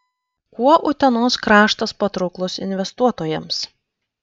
kuo utenos kraštas patrauklus investuotojams